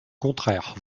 contraire